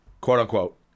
quote-unquote